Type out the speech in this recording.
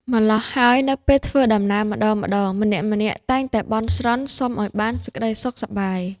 ម៉្លោះហើយនៅពេលធ្វើដំណើរម្ដងៗ ម្នាក់ៗតែងតែបន់ស្រន់ សុំឲ្យបានសេចក្ដីសុខសប្បាយ